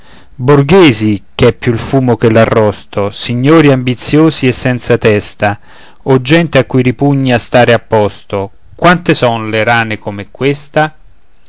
vescica borghesi ch'è più il fumo che l'arrosto signori ambiziosi e senza testa o gente a cui ripugna stare a posto quante sono le rane come questa